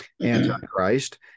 Antichrist